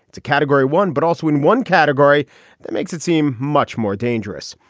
it's a category one but also in one category that makes it seem much more dangerous.